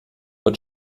wird